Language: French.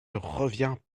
reviens